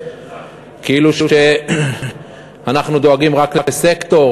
כאילו שאנחנו דואגים רק לסקטור,